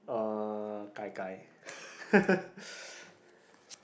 uh gai gai